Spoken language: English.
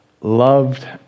loved